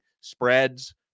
spreads